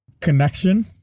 connection